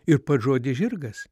ir pats žodis žirgas